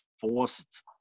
forced